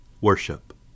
worship